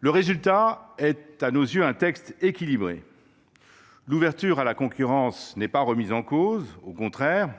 Le résultat est, à nos yeux, un texte équilibré. L’ouverture à la concurrence n’est pas remise en cause, au contraire,